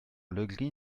legris